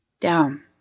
down